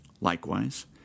Likewise